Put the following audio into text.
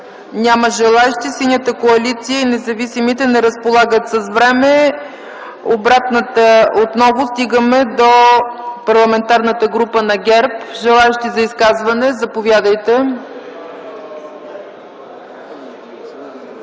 Няма желаещи. Синята коалиция и независимите не разполагат с време. Отново стигаме до Парламентарната група на ГЕРБ. Желаещи за изказване? Заповядайте,